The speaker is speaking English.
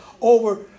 Over